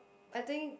I think